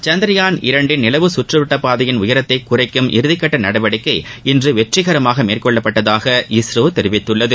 சந்திரயான் இரண்டின் நிலவு சுற்று வட்டப் பாதையின் உயரத்தை குறைக்கும் இறுதிக்கட்ட நடவடிக்கை இன்று வெற்றிகரமாக மேற்கொள்ளப்பட்டதாக இஸ்ரோ தெரிவித்துள்ளது